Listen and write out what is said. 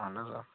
اہَن حظ آ